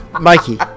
Mikey